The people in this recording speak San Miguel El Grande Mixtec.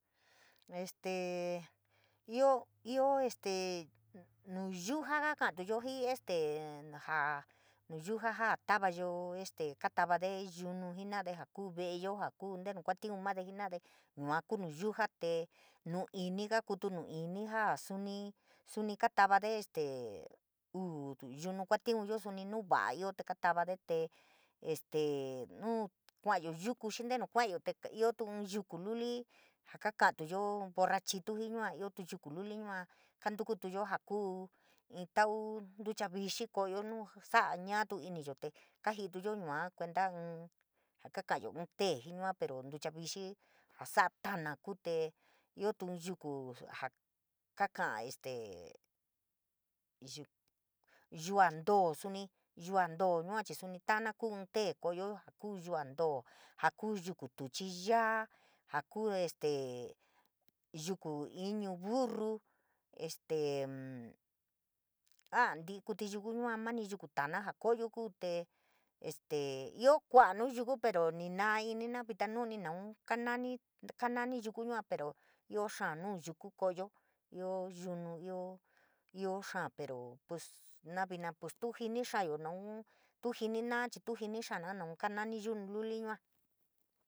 Este íoo íoo este nuyuja kakaiatuyo jii este naja nuyuja ja taayo este kaatava de yunujii jenade ja kuu veeyo jaa kuu ntenu kuatiu made jenade yua kuu nuyuja tea. Nuu ñin kutu ñuu inji jaa suni suni katavade este uu yunu kualtiunyo suni nu va’a ioo te kaa tavade te este nuu kudayo yuku xii ntenu kuayo íoo ñin yuku luli saa kakantuyo jii borrachitu íoo tu yuku luli yua kantukuyo jaa kuu in lau nducha vixi koloyo ñuu soia ñoatu iniyo te kajitu yua kuenta ñin saka kolayo ñin te nducha vixií joa soia tana kuu te íoo ñin yuku jaa kako este yua ñtoo suni yua ñtoo suni tana kuu ñin ’le ko’oyo íoo jaa kuu yua ñtoo, jaa kuu yuku tuchi yad jaa kuu este, yuku ini burru este da ñiñi kufii yuku yua mani yuku tanaa jaa ko’oyo kuu te este íoo kuoo ñuu yuku pero ni naoi nina vitiaruni naun kaa nani kanani yuku yua pero íoo xaa ñuu yuku kooyo, íoo yunu, íoo, íoo xaa pero pues na vina ps tu jini xaayo noun tu jinina na chiit tu jinixana naun kanani yunu yua.